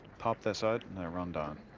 pop this out and run down.